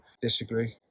disagree